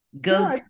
go